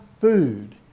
food